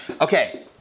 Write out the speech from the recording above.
Okay